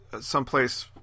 someplace